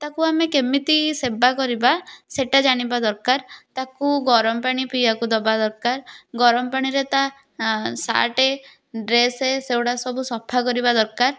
ତାକୁ ଆମେ କେମିତି ସେବାକରିବା ସେଟା ଜାଣିବା ଦରକାର ତାକୁ ଗରମ ପାଣି ପିଇବାକୁ ଦେବା ଦରକାର ଗରମ ପାଣିରେ ତା ସାର୍ଟ୍ ଡ୍ରେସ୍ ସେଗୁଡ଼ା ସବୁ ସଫାକରିବା ଦରକାର